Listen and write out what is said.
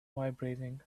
vibrating